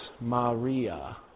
Maria